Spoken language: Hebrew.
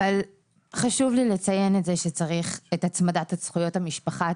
אבל חשוב לי לציין את זה שצריך את הצמדת זכויות המשפחה.